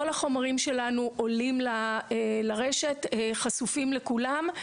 כל החומרים שלנו עולים לרשת וחשופים לכולם.